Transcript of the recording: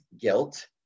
guilt